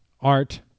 Art